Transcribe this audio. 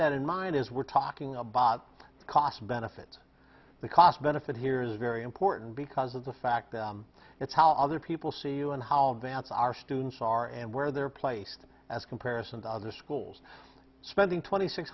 that in mind as we're talking about cost benefits the cost benefit here is very important because of the fact that it's how other people see you and how vance our students are and where they're placed as comparison to other schools spending twenty six